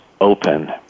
open